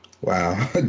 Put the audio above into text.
Wow